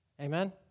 Amen